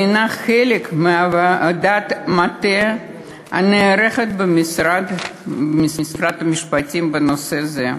והיא חלק מעבודת מטה הנערכת במשרד המשפטים בנושא זה.